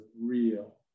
real